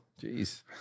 Jeez